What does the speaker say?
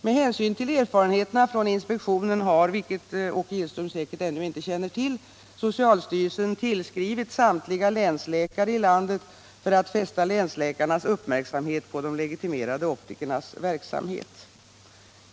Med hänsyn till erfarenheterna från inspektionen har, vilket Åke Gillström säkert känner till, socialstyrelsen tillskrivit samtliga länsläkare i landet för att fästa deras uppmärksamhet på de legitimerade optikernas verksamhet.